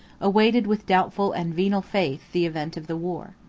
awaited with doubtful and venal faith, the event of the war.